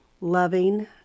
loving